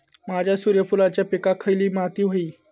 माझ्या सूर्यफुलाच्या पिकाक खयली माती व्हयी?